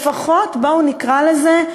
לפחות, בואו נקרא לזה,